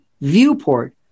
viewport